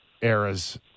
eras